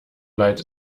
leid